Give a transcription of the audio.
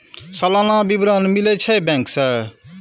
सलाना विवरण मिलै छै बैंक से?